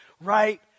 right